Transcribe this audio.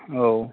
औ